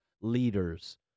leaders